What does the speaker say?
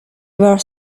were